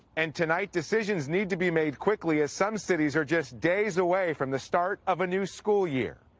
and tonight decisions need to be made quickly. some cities are just days away from the start of a new school year.